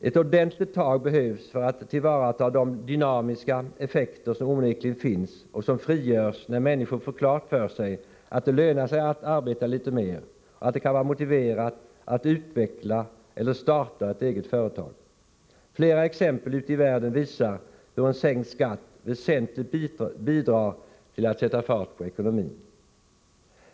Ett ordentligt tag behövs för att tillvarata de dynamiska effekter som onekligen finns och som frigörs när människor får klart för sig att det lönar sig att arbeta litet mer, att det kan vara motiverat att utveckla eller starta ett eget företag. Flera exempel ute i världen visar hur en sänkt skatt väsentligt bidrar till att sätta fart på ekonomin.